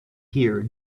here